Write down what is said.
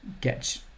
get